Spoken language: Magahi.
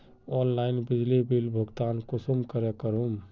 ऑनलाइन बिजली बिल भुगतान कुंसम करे करूम?